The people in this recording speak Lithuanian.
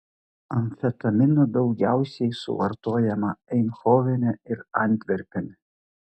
amfetamino daugiausiai suvartojama eindhovene ir antverpene